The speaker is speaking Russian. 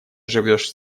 живешь